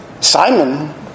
Simon